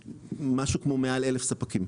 מעל 1,000 ספקים.